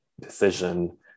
decision